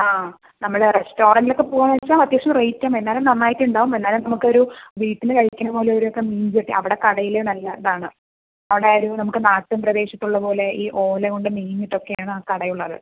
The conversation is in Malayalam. ആ നമ്മൾ റസ്റ്റോറന്റിൽ ഒക്കെ പോവാണെന്നു വെച്ചാൽ അത്യാവശ്യം റേറ്റ് ആവും എന്നാലും നന്നായിട്ടുണ്ടാവും എന്നാലും നമുക്ക് ഒരു വീട്ടിൽ കഴിക്കണത് പോലെ ഒരു ആമ്പിയൻസ് കിട്ടി അവിടെ കടയിൽ നല്ലതാണ് അവിടെ ഒരു നമുക്ക് നാട്ടുപ്രേദേശത്തുള്ള പോലെ ഈ ഓല കൊണ്ട് മേഞ്ഞിട്ടൊക്കെയാണ് ആ കടയുള്ളത്